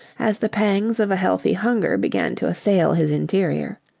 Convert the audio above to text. as the pangs of a healthy hunger began to assail his interior.